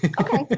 okay